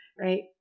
Right